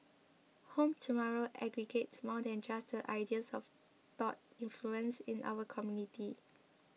Home Tomorrow aggregates more than just the ideas of thought influences in our community